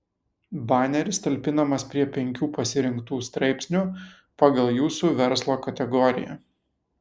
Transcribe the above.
baneris talpinamas prie penkių pasirinktų straipsnių pagal jūsų verslo kategoriją